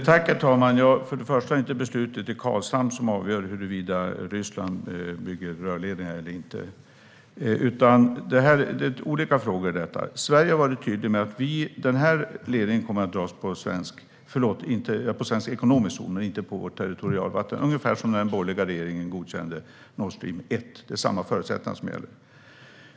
Herr talman! För det första är det inte beslutet i Karlshamn som avgör huruvida Ryssland bygger rörledningar eller inte, utan detta är olika frågor. Sverige har varit tydligt med att denna ledning kommer att dras genom svensk ekonomisk zon, men inte på vårt territorialvatten - ungefär som när den borgerliga regeringen godkände Nord Stream 1. Det är samma förutsättningar som gäller.